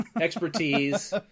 expertise